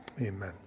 amen